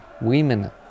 women